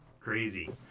Crazy